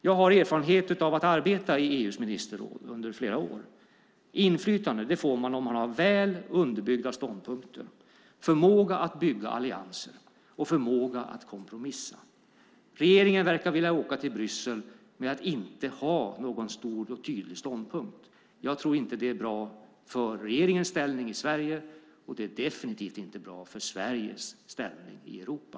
Jag har erfarenhet av att arbeta i EU:s ministerråd under flera år. Inflytande får man om man har väl underbyggda ståndpunkter, förmåga att bygga allianser och förmåga att kompromissa. Regeringen verkar vilja åka till Bryssel med att inte ha någon stor och tydlig ståndpunkt. Jag tror inte att det är bra för regeringens ställning i Sverige, och det är definitivt inte bra för Sveriges ställning i Europa.